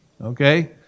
okay